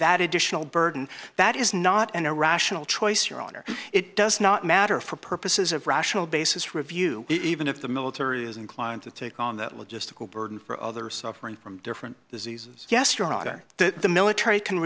that additional burden that is not an irrational choice your honor it does not matter for purposes of rational basis review even if the military is inclined to take on the logistical burden for others suffering from different diseases yes your honor the military can